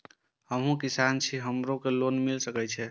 हमू किसान छी हमरो के लोन मिल सके छे?